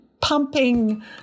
pumping